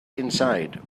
inside